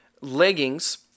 Leggings